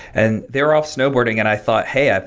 and they're all snowboarding and i thought, hey, ah